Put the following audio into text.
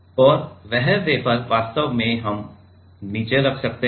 और वह वेफर वास्तव में हम नीचे रख सकते हैं